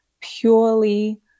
purely